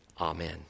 Amen